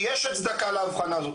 יש צוותים בכל הארץ שעושים את זה,